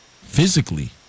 Physically